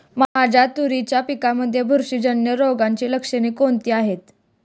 माझ्या तुरीच्या पिकामध्ये बुरशीजन्य रोगाची लक्षणे कोणती आहेत?